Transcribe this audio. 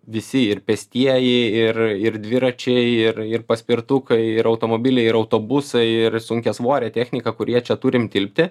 visi ir pėstieji ir ir dviračiai ir ir paspirtukai ir automobiliai ir autobusai ir sunkiasvorė technika kurie čia turim tilpti